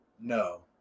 no